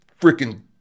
freaking